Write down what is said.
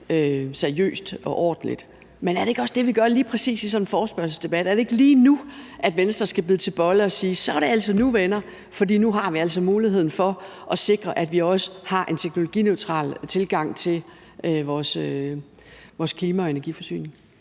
seriøst og ordentligt. Men er det ikke også det, vi gør lige præcis i sådan en forespørgselsdebat? Er det ikke lige nu, Venstre skal bide til bolle og sige: Så er det altså nu, venner, for nu har vi muligheden at sikre, at vi også har en teknologineutral tilgang til vores klima og energiforsyning?